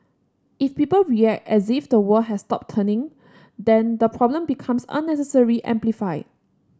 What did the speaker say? if people react as if the world has stopped turning then the problem becomes unnecessarily amplified